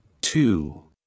two